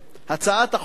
הצעת החוק הזו